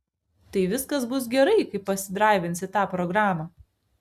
tai viskas bus gerai kai pasidraivinsi tą programą